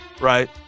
right